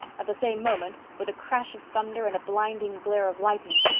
at the same moment, with a crash of thunder and a blinding glare of lightning,